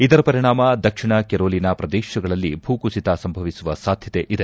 ಇದರ ಪರಿಣಾಮ ದಕ್ಷಿಣ ಕೆರೊಲಿನಾ ಪ್ರದೇಶಗಳಲ್ಲಿ ಭೂ ಕುಸಿತ ಸಂಭವಿಸುವ ಸಾಧ್ಯತೆ ಇದೆ